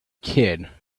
kid